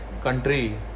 country